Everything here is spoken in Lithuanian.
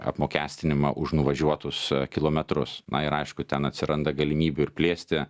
apmokestinimą už nuvažiuotus kilometrus na ir aišku ten atsiranda galimybių ir plėsti